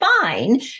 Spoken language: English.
fine